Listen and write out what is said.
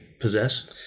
possess